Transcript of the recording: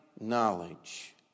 knowledge